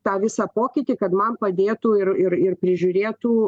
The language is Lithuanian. tą visą pokytį kad man padėtų ir ir ir prižiūrėtų